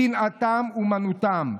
ששנאתם אומנותם.